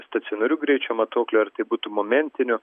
stacionarių greičio matuoklių ar tai būtų momentinių